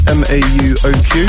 m-a-u-o-q